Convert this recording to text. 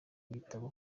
gitabo